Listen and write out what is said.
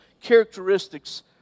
characteristics